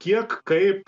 kiek kaip